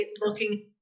looking